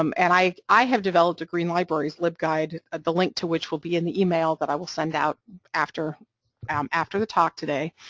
um and i i have developed a green libraries libguide at the link to which will be in the email that i will send out after um after the talk today,